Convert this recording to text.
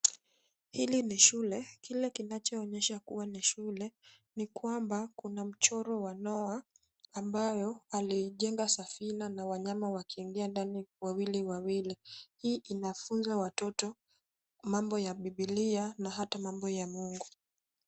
Hili ni shule, kile kinachoonyesha kuwa ni shule ni kwamba kuna mchoro wa Noah ambayo alijenga safina na wanyama wakiingia ndani wawili wawili, hii inafunza watoto mambo ya Biblia na hata mambo ya Mungu.